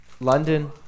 London